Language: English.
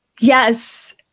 Yes